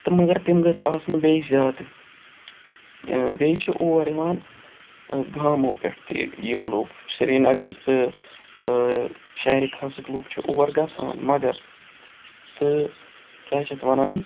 تہٕ مگر تِم گٔژھ آسنہٕ بیٚیہِ زیادٕ بیٚیہِ چھِ اور یِوان گامو پٮ۪ٹھ تہِ یہِ یہِ لُکھ سرینَگرٕکۍ تہٕ شہرِ خاصٕکۍ لُکھ چھِ اور گَژھان مگر تہٕ کیٛاہ چھِ اَتھ وَنان